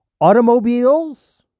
automobiles